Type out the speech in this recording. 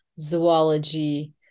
zoology